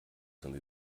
zum